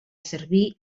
serví